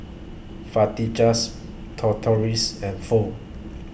Tortillas and Pho